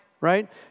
right